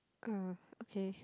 uh okay